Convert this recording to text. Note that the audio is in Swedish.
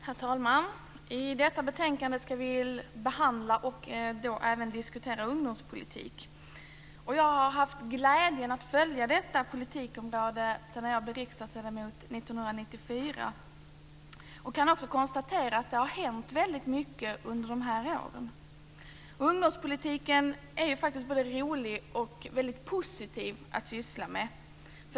Herr talman! I det betänkande vi nu ska diskutera behandlas ungdomspolitik. Jag har haft glädjen att följa detta politikområde sedan jag blev riksdagsledamot 1994 och kan konstatera att det har hänt väldigt mycket under de här åren. Ungdomspolitiken är både rolig och väldigt positiv att syssla med.